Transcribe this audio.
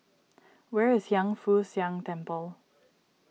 where is Hiang Foo Siang Temple